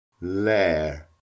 lair